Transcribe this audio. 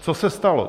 Co se stalo?